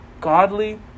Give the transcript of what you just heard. godly